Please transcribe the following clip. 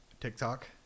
tiktok